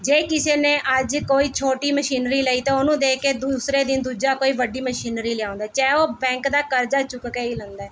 ਜੇ ਕਿਸੇ ਨੇ ਅੱਜ ਕੋਈ ਛੋਟੀ ਮਸ਼ੀਨਰੀ ਲਈ ਤਾਂ ਉਹਨੂੰ ਦੇਖ ਕੇ ਦੂਸਰੇ ਦਿਨ ਦੂਜਾ ਕੋਈ ਵੱਡੀ ਮਸ਼ੀਨਰੀ ਲਿਆਉਂਦਾ ਚਾਹੇ ਉਹ ਬੈਂਕ ਦਾ ਕਰਜਾ ਚੁੱਕ ਕੇ ਹੀ ਲੈਂਦਾ